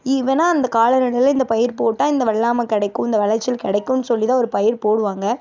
ஈவெனா அந்த காலநிலையில் இந்த பயிர் போட்டால் இந்த வெள்ளாமை கிடைக்கும் இந்த விளைச்சல் கிடைக்கும்னு சொல்லித்தான் ஒரு பயிர் போடுவாங்க